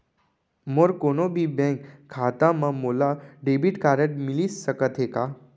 मोर कोनो भी बैंक खाता मा मोला डेबिट कारड मिलिस सकत हे का?